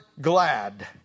glad